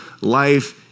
life